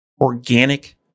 organic